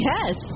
Yes